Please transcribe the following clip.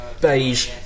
beige